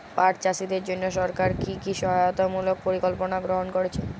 পাট চাষীদের জন্য সরকার কি কি সহায়তামূলক পরিকল্পনা গ্রহণ করেছে?